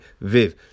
Viv